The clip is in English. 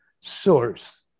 source